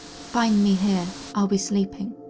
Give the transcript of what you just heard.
find me here, i'll be sleeping.